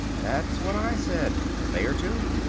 that's what i said the mayor too.